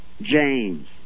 James